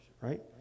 right